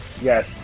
Yes